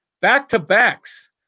back-to-backs